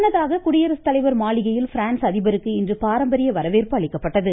முன்னதாக குடியரசுத்தலைவர் மாளிகையில் பிரான்ஸ் அதிபருக்கு இன்று பாரம்பரிய வரவேற்பு அளிக்கப்பட்டது